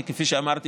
כי כפי שאמרתי,